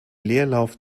leerlauf